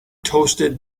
toasted